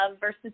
versus